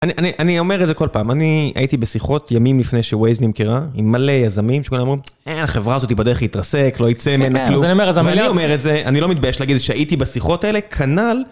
אני אומר את זה כל פעם, אני הייתי בשיחות ימים לפני שווייז נמכרה, עם מלא יזמים, שכולם אמרו, אה, החברה הזאת בדרך להתרסק, לא ייצא ממנה כלום. כן, אז אני אומר, אז... אבל אני אומר את זה, אני לא מתבייש להגיד שהייתי בשיחות האלה, כנל...